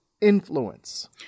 influence